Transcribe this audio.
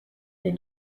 the